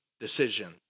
decision